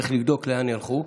צריך לבדוק לאן הם הלכו.